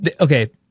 okay